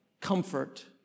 comfort